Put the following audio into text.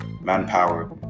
manpower